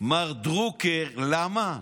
מר דרוקר, למה?